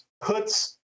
puts